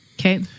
Okay